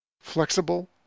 flexible